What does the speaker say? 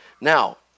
Now